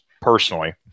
personally